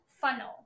funnel